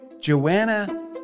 Joanna